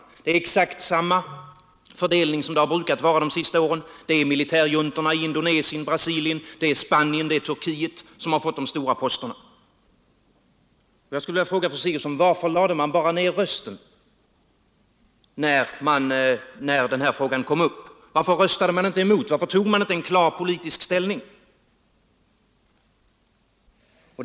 Fördelningen är exakt densamma som den brukat vara under de senaste åren: det är militärjuntorna i Indonesien och Brasilien, det är Spanien och Turkiet som har fått de stora posterna. Jag skulle vilja fråga fru Sigurdsen: Varför lade de nordiska ländernas representant bara ned sin röst, när den här frågan kom upp? Varför röstade man inte emot, varför gjorde man inte ett klart politiskt ställningstagande?